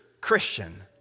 Christian